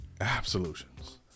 Absolutions